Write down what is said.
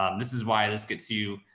um this is why this gets you,